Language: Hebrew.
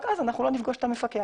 רק אז לא נפגוש את המפקח.